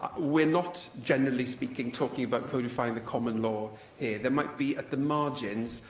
we're not, generally speaking, talking about codifying the common law here. there might be, at the margins,